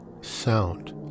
sound